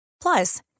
Plus